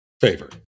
favor